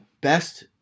best